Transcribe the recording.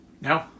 No